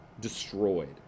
destroyed